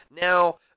Now